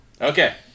Okay